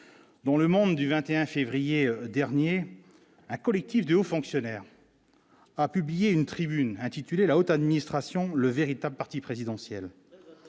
dont le monde du 21 février dernier un collectif de haut fonctionnaire a publié une tribune intitulée la haute administration, le véritable parti présidentiel